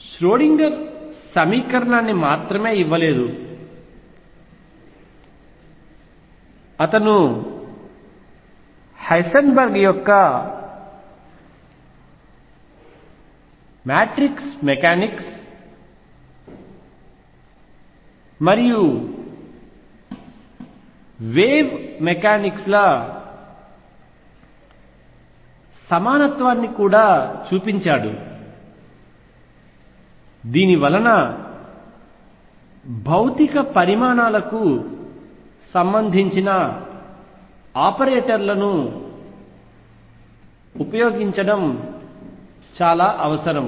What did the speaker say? Schrodinger సమీకరణాన్ని మాత్రమే ఇవ్వలేదు అతను హైసెన్బర్గ్ యొక్క మ్యాట్రిక్స్ మెకానిక్స్ మరియు వేవ్ మెకానిక్స్ ల సమానత్వాన్ని కూడా చూపించాడు దీని వలన భౌతిక పరిమాణాలకు సంబంధించిన ఆపరేటర్లను ఉపయోగించడం అవసరం